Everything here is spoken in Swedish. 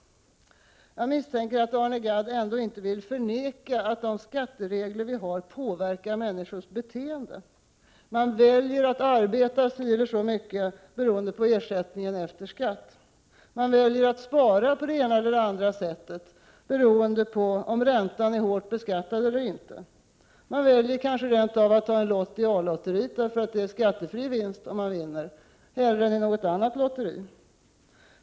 Jag misstänker att Arne Gadd ändå inte vill förneka att de skatteregler vi har påverkar människors beteende. Man väljer att arbeta si eller så mycket beroende på ersättningen efter skatt. Man väljer att spara på det ena eller andra sättet beroende på om räntan är hårt beskattad eller inte. Man väljer kanske rent av att ta en lott i A-lotteriet, därför att det är skattefri vinst om man vinner, hellre än i något annat lotteri.